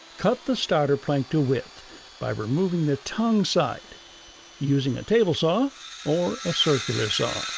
cut the starter plank to width by removing the tongue side using a table saw or a circular saw.